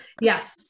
Yes